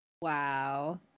Wow